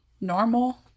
normal